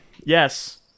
Yes